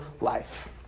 life